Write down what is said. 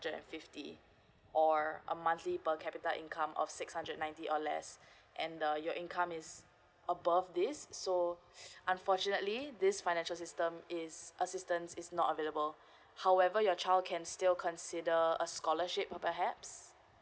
hundred and fifty or a monthly per capita income of six hundred ninety or less and uh your income is above this so unfortunately this financial system is assistance is not available however your child can still consider a scholarship per perhaps